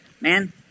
man